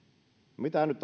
mitä nyt